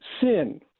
sin